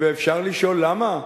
ואפשר לשאול למה?